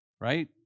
right